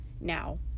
Now